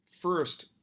first